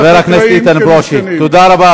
חבר הכנסת איתן ברושי.